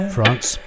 France